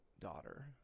daughter